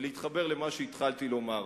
ולהתחבר למה שהתחלתי לומר: